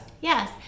Yes